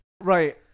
Right